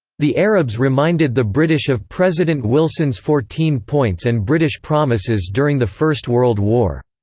the arabs reminded the british of president wilson's fourteen points and british promises during the first world war.